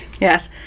yes